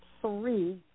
three